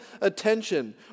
attention